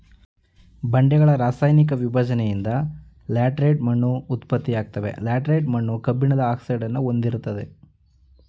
ಬಂಡೆಗಳ ರಾಸಾಯನಿಕ ವಿಭಜ್ನೆಯಿಂದ ಲ್ಯಾಟರೈಟ್ ಮಣ್ಣು ಉತ್ಪತ್ತಿಯಾಗ್ತವೆ ಲ್ಯಾಟರೈಟ್ ಮಣ್ಣು ಕಬ್ಬಿಣದ ಆಕ್ಸೈಡ್ನ ಹೊಂದಿರ್ತದೆ